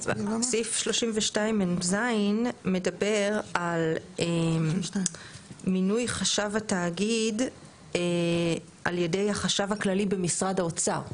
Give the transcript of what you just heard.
סעיף 32מז מדבר על מינוי חשב התאגיד על ידי החשב הכללי במשרד האוצר.